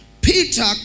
Peter